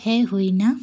ᱦᱮᱡ ᱦᱩᱭ ᱮᱱᱟ